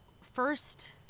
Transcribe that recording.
first